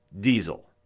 diesel